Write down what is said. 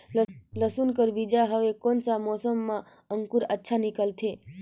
लसुन कर बीजा हवे कोन सा मौसम मां अंकुर अच्छा निकलथे?